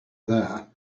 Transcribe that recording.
there